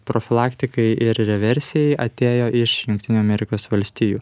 profilaktikai ir reversijai atėjo iš jungtinių amerikos valstijų